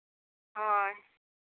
ᱦᱳᱭ